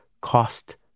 cost